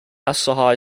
asahi